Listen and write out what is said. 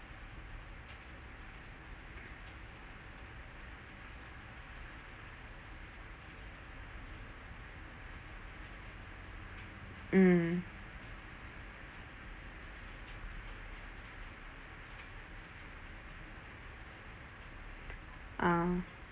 mm uh